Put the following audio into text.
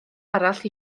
arall